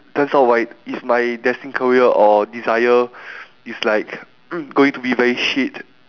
turns out right if my destined career or desire is like going to be very shit